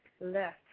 left